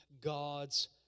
God's